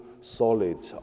solid